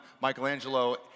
Michelangelo